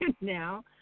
Now